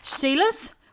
Sheila's